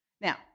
Now